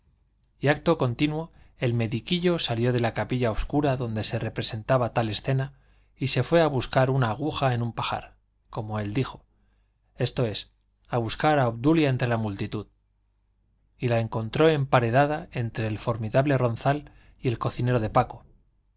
y acto continuo el mediquillo salió de la capilla obscura donde se representaba tal escena y se fue a buscar una aguja en un pajar como él dijo esto es a buscar a obdulia entre la multitud y la encontró emparedada entre el formidable ronzal y el cocinero de paco